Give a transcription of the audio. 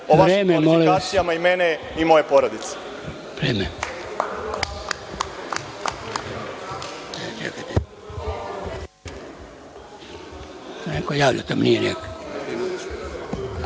o vašim kvalifikacijama i mene i moje porodice.